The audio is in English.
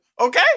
okay